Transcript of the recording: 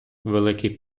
великий